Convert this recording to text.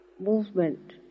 movement